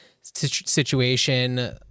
situation